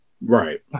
Right